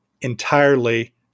entirely